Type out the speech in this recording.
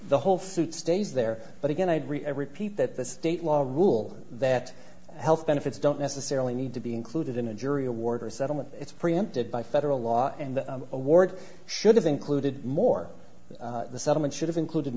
the whole suit stays there but again i repeat that the state law rule that health benefits don't necessarily need to be included in a jury award or a settlement it's preempted by federal law and award should have included more the settlement should have included